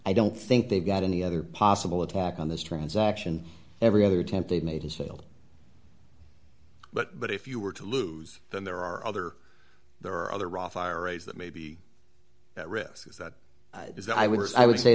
i don't think they've got any other possible attack on this transaction every other temp they've made has failed but but if you were to lose then there are other there are other ra fire rates that may be at risk that is i would